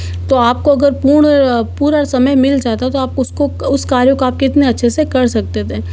तो आपको अगर पूर्ण पूरा समय मिल जाता तो आप उसको उस कार्य को आप कितने अच्छे से कर सकते थे